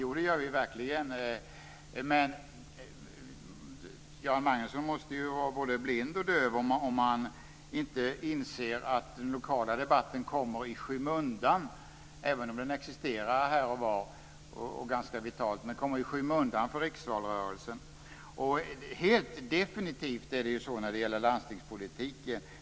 Jo, det gör vi verkligen, men Göran Magnusson måste ju vara både blind och döv om han inte inser att den lokala debatten kommer i skymundan, även om den existerar ganska vitalt här och var, för riksvalrörelsen. Helt definitivt är det så när det gäller landstingspolitiken.